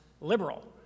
liberal